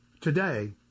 Today